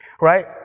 right